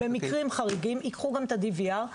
במקרים חריגים ייקחו גם את ה-DVR,